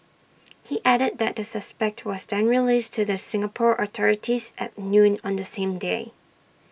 he added that the suspect was then released to the Singapore authorities at noon on the same day